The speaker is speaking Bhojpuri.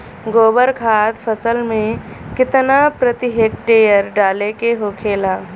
गोबर खाद फसल में कितना प्रति हेक्टेयर डाले के होखेला?